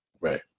Right